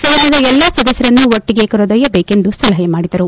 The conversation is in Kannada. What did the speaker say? ಸದನದ ಎಲ್ಲಾ ಸದಸ್ಯರನ್ನು ಒಟ್ಟಿಗೆ ಕರೆದೊಯ್ಯಬೇಕೆಂದು ಸಲಹೆ ಮಾಡಿದರು